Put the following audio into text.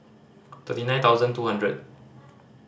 thirty nine thousand two hundred